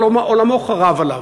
אבל עולמו חרב עליו.